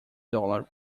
dollar